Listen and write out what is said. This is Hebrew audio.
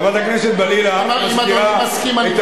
חברת הכנסת אברהם-בלילא מסבירה את